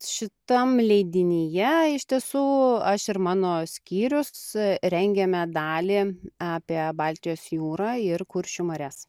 šitam leidinyje iš tiesų aš ir mano skyrius rengėme dalį apie baltijos jūrą ir kuršių marias